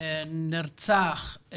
עבאס לעניין כל הנוער שנחשף לאלימות,